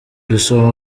dusoma